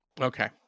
okay